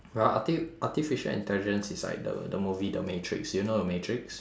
ar~ arti~ artificial intelligence is like the the movie the matrix do you know the matrix